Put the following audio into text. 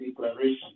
declaration